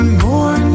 more